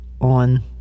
on